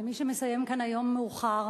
למי שמסיים כאן היום מאוחר,